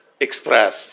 express